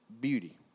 beauty